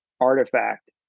artifact